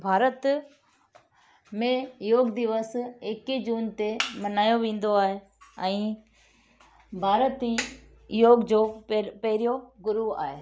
भारत में योग दिवस एकवीह जून ते मल्हायो वेंदो आहे ऐं भारत ई योग जो पे पहिरियों गुरु आहे